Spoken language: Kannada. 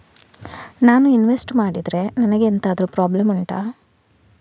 ನಾನು ಇನ್ವೆಸ್ಟ್ ಮಾಡಿದ್ರೆ ನನಗೆ ಎಂತಾದ್ರು ಪ್ರಾಬ್ಲಮ್ ಉಂಟಾ